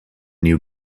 new